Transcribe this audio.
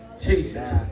Jesus